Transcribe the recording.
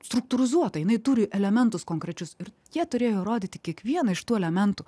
struktūrizuota jinai turi elementus konkrečius ir jie turėjo įrodyti kiekvieną iš tų elementų